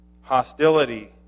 hostility